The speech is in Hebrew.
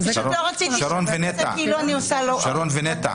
שרון ונטע,